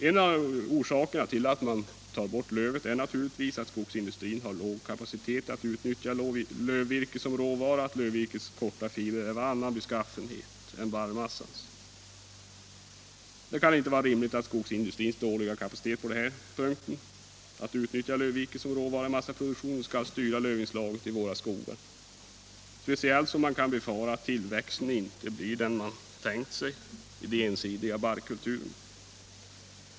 En av orsakerna till att man tar bort lövet är att skogsindustrin har låg kapacitet att utnyttja lövvirke som råvara och att lövvirkets korta fibrer är av annan beskaffenhet än barrmassan. Det kan inte vara rimligt att skogsindustrins dåliga kapacitet att utnyttja lövvirket som råvara i massaproduktionen skall få styra lövinslaget i våra skogar, speciellt som man kan befara att tillväxten inte blir den man tänkt sig i de ensidiga barrkulturerna.